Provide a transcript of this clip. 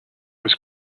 was